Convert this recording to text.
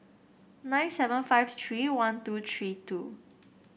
nine seven five three one two three two